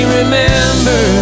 remember